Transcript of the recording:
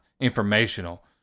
informational